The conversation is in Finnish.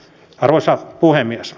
arvoisa puhemies